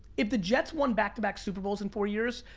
if the jets won back to back super bowls in four years,